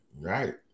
right